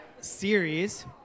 series